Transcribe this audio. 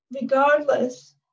regardless